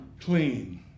clean